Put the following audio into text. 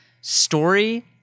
story